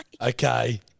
Okay